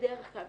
בדרך כלל,